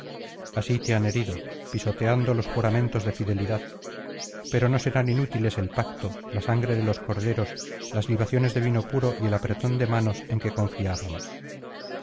así te han herido pisoteando los juramentos de fidelidad pero no serán inútiles el pacto la sangre de los corderos las libaciones de vino puro y el apretón de manos en que confiábamos